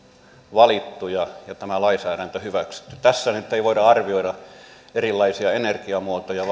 valittu kun tämä lainsäädäntö on hyväksytty tässä nyt ei voida arvioida erilaisia energiamuotoja